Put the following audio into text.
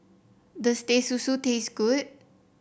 does Teh Susu taste good